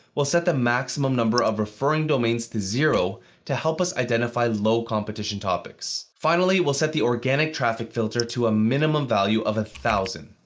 we'll set the maximum number of referring domains to zero to help us identify low competition topics. finally, we'll set the organic traffic filter to a minimum value of one thousand.